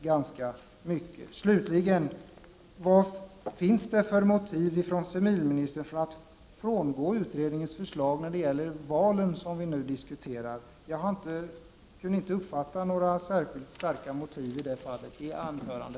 Vilka är civilministerns motiv för att frångå utredningens förslag när det gäller de val som vi nu diskuterar? Jag kunde inte uppfatta några särskilt starka motiv för det i civilministerns anförande.